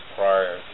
prior